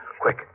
Quick